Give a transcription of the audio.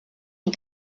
die